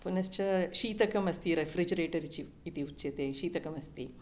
पुनश्च शीतकमस्ति रेफ़्रिजरेटर् चि इति उच्यते शीतकमस्ति